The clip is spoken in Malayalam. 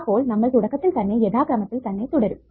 അപ്പോൾ നമ്മൾ തുടക്കത്തിൽ തന്നെ യഥാക്രമത്തിൽ തന്നെ തുടരും